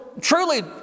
truly